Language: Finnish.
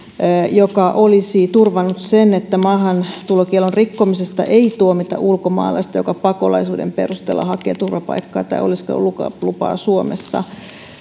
joka olisi turvannut sen että maahantulokiellon rikkomisesta ei tuomita ulkomaalaista joka pakolaisuuden perusteella hakee turvapaikkaa tai oleskelulupaa suomessa